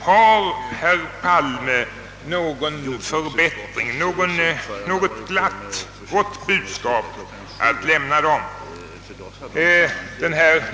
Har herr Palme någon förbättring att ställa i utsikt, något gott budskap att lämna dem?